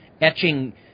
etching